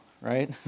right